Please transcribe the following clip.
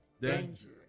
danger